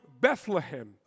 Bethlehem